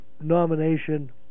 nomination